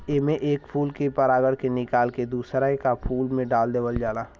एमे एक फूल के परागण के निकाल के दूसर का फूल में डाल देवल जाला